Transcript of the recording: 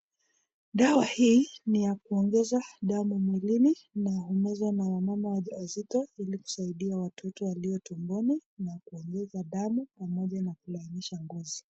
Dawa hii ni ya kuongeza damu mwilini na humezwa na wamama wajawazito ili kusaidia watoto walio tumboni na kuongeza damu na kulainisha ngozi.